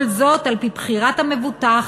כל זאת על-פי בחירת המבוטח